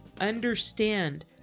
understand